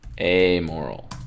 amoral